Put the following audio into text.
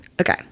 Okay